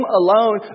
alone